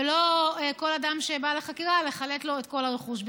ולא לכל אדם שבא לחקירה, לחלט את כל הרכוש.